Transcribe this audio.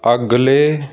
ਅਗਲੇ